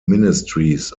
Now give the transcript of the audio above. ministries